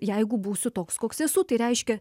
jeigu būsiu toks koks esu tai reiškia